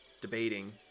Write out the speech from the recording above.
debating